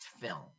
film